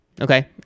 Okay